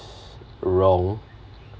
wrong